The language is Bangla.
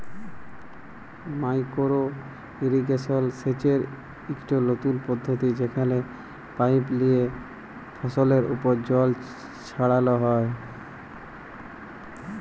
মাইকোরো ইরিগেশল সেচের ইকট লতুল পদ্ধতি যেখালে পাইপ লিয়ে ফসলের উপর জল ছড়াল হ্যয়